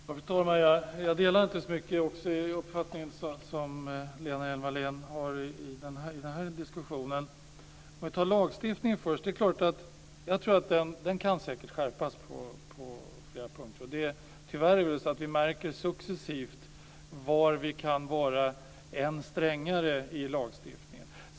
Fru talman! Jag delar naturligtvis i mycket den uppfattning som Lena Hjelm-Wallén har i den här diskussionen. Om jag tar lagstiftningen först, kan den säkert skärpas på flera punkter. Tyvärr märker vi successivt var vi kan vara än strängare i lagstiftningen.